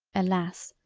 alas!